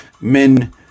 men